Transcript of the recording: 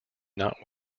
not